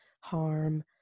harm